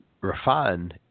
refine